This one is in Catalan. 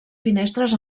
finestres